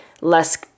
less